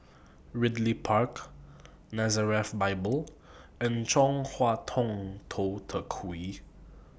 Ridley Park Nazareth Bible and Chong Hua Tong Tou Teck Hwee